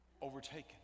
overtaken